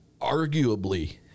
arguably